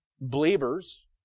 believers